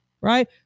right